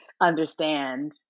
understand